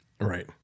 Right